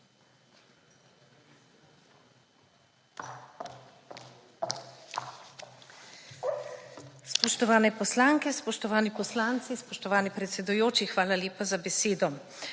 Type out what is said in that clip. Spoštovane poslanke, spoštovani poslanci, spoštovani predsedujoči, hvala lepa za besedo!